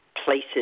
places